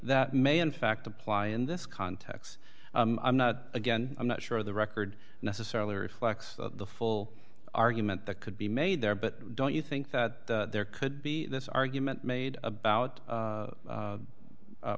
that may in fact apply in this context i'm not again i'm not sure the record necessarily reflects the full argument that could be made there but don't you think that there could be this argument made about